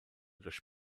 durch